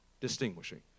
distinguishing